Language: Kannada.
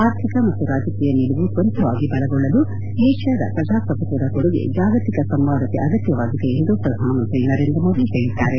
ಆರ್ಥಿಕ ಮತ್ತು ರಾಜಕೀಯ ನಿಲುವು ತ್ವರಿತವಾಗಿ ಬಲಗೊಳ್ಳಲು ಏಷ್ಕಾದ ಪ್ರಜಾಪ್ರಭುತ್ವದ ಕೊಡುಗೆ ಜಾಗತಿಕ ಸಂವಾದಕ್ಕೆ ಆಗತ್ತವಾಗಿದೆ ಎಂದು ಪ್ರಧಾನಮಂತ್ರಿ ನರೇಂದ್ರ ಮೋದಿ ಹೇಳದ್ದಾರೆ